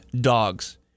dogs